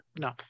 No